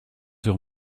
sur